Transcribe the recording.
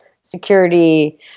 security